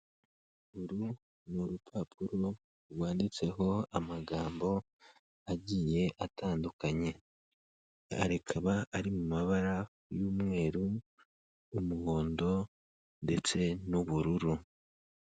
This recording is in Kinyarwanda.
Uru ni urupapuro rwanditseho amagambo agiye atandukanye, arekaba ari mu mabara y'umweru n'umuhondo ndetse n'ubururu.